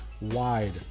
wide